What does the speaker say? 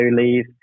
leave